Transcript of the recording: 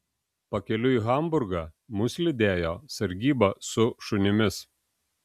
pakeliui į hamburgą mus lydėjo sargyba su šunimis